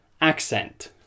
accent